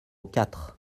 quatre